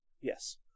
Yes